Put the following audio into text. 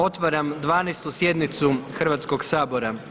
Otvaram 12. sjednicu Hrvatskog sabora.